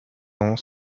ans